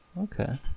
Okay